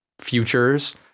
futures